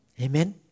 Amen